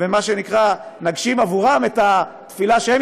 ומה שנקרא נגשים עבורם את התפילה שהם